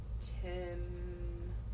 Tim